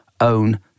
own